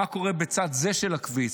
מה קורה בצד זה של הכביש,